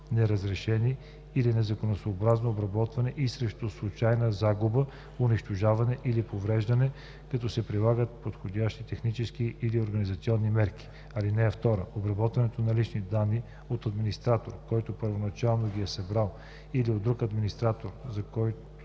неразрешено или незаконосъобразно обработване и срещу случайна загуба, унищожаване или повреждане, като се прилагат подходящи технически или организационни мерки. (2) Обработването на лични данни от администратор, който първоначално ги е събрал или от друг администратор, за която